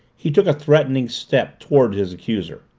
he took a threatening step toward his accuser.